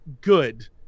good